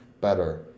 better